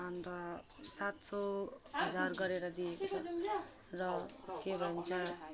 अन्त सात सय हजार गरेर दिएको छ र के भन्छ